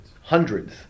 hundreds